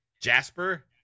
Jasper